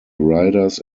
riders